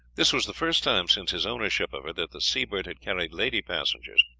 this was the first time since his ownership of her that the seabird had carried lady passengers.